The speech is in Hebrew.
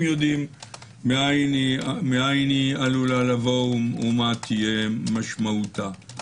יודעים מאין היא עלולה לבוא ומה תהיה משמעותה.